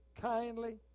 kindly